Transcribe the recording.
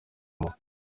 muntu